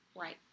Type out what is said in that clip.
Right